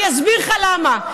אני אסביר לך למה.